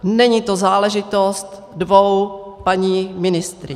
Není to záležitost dvou paní ministryň.